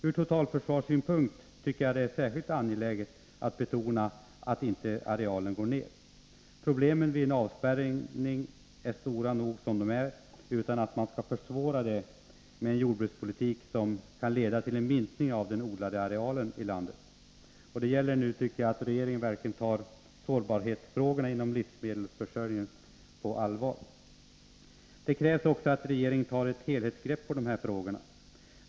Från totalförsvarssynpunkt är det särskilt angeläget att betona att inte arealen får gå ned. Problemen vid en avspärrning är stora nog, utan att man skall försvåra dem med en jordbrukspolitik som kan leda till en minskning av den odlade arealen i landet. Det gäller nu att regeringen verkligen tar sårbarhetsfrågorna inom livsmedelsförsörjningen på allvar. Det krävs att regeringen tar ett helhetsgrepp på dessa frågor.